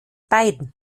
beiden